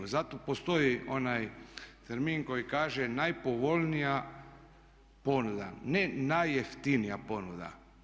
Zato postoji onaj termin koji kaže najpovoljnija ponuda, ne najjeftinija ponuda.